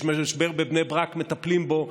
יש משבר בבני ברק, מטפלים בו.